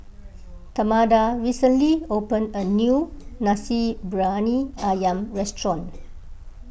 Tamatha recently opened a new Nasi Briyani Ayam restaurant